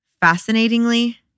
Fascinatingly